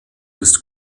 des